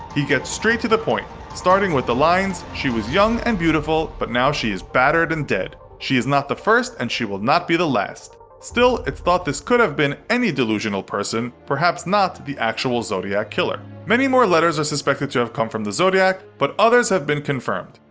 he gets straight to the point, starting with the lines, she was young and beautiful but now she is battered and dead. she is not the first and she will not be the last. still, it's thought this could have been any delusional person, perhaps not the actual zodiac killer. many more letters are suspected to have come from the zodiac but others have been confirmed.